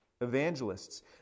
Evangelists